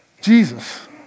Jesus